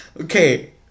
Okay